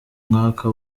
mwaka